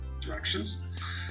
Directions